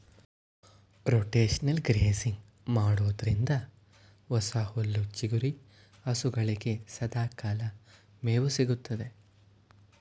rotational grazing ಮಾಡೋದ್ರಿಂದ ಹೊಸ ಹುಲ್ಲು ಚಿಗುರಿ ಹಸುಗಳಿಗೆ ಸದಾಕಾಲ ಮೇವು ಸಿಗುತ್ತದೆ